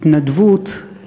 התנדבות,